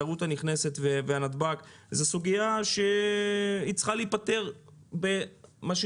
התיירות הנכנסת ונתב"ג זה סוגיה שצריכה להיפתר בחתך,